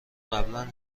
قبلا